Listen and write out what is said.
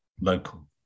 local